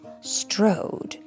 strode